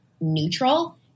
neutral